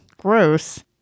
gross